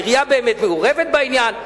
העירייה באמת מעורבת בעניין.